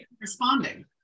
Responding